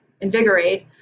invigorate